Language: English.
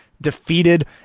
defeated